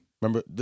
Remember